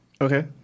Okay